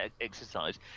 exercise